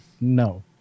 No